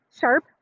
sharp